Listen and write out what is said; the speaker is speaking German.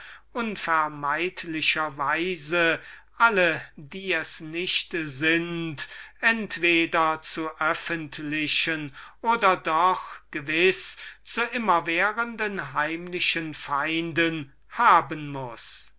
alle die es nicht sind zu öffentlichen oder doch gewiß zu immerwährenden heimlichen feinden haben muß